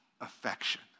affection